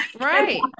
Right